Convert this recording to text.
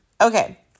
Okay